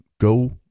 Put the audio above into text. go